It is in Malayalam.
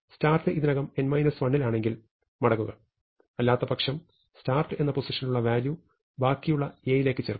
start ഇതിനകം n 1 ൽ ആണെങ്കിൽ മടങ്ങുക അല്ലാത്തപക്ഷം start എന്ന പൊസിഷനിലുള്ള വാല്യൂ ബാക്കിയുള്ള A യിലേക്ക് ചേർക്കുക